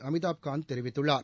அமிதாப் காந்த் தெரிவித்துள்ளார்